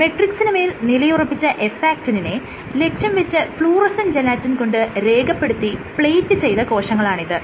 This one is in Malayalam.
മെട്രിക്സിന് മേൽ നിലയുറപ്പിച്ച F ആക്ടിനിനെ ലക്ഷ്യം വെച്ച് ഫ്ലൂറസെന്റ് ജലാറ്റിൻ കൊണ്ട് രേഖപ്പെടുത്തി പ്ലേറ്റ് ചെയ്ത കോശങ്ങളാണിത്